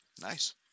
Nice